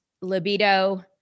libido